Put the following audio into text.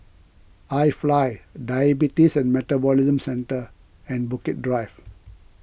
iFly Diabetes and Metabolism Centre and Bukit Drive